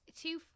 two